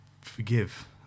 forgive